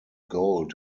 gold